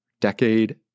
Decade